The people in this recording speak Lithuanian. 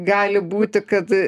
gali būti kad